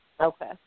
Okay